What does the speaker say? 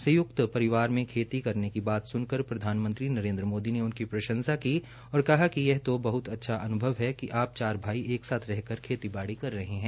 संयुकत परिवार में खेती करने की बात सुनकार प्रधानमंत्री नरेन्द्र मोदी ने उनकी प्रंशसा की और कहा कि यह तो बहत अच्छा अनुभव हे कि आप चार भाई एक साथ रहकर खेतीबाड़ी कर रहे है